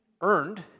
earned